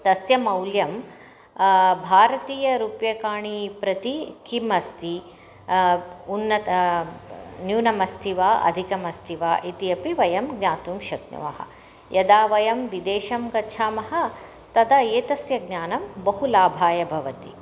तस्य मौल्यं भारतीयरूप्यकाणि प्रति किम् अस्ति उन्न न्यूनम् अस्ति वा अधिकम् अस्ति वा इति अपि वयं ज्ञातुं शक्नुमः यदा वयं विदेशं गच्छामः तदा एतस्य ज्ञानं बहु लाभाय भवति